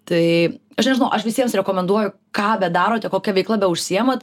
tai aš nežinau aš visiems rekomenduoju ką bedarote kokia veikla beužsiimat